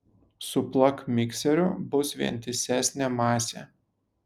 suplak mikseriu bus vientisesnė masė